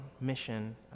mission